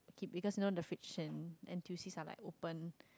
because you know the fridges in n_t_u_c are like open